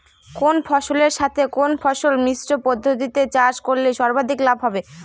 কোন ফসলের সাথে কোন ফসল মিশ্র পদ্ধতিতে চাষ করলে সর্বাধিক লাভ হবে?